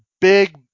big